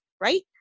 right